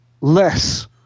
less